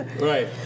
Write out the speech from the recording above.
Right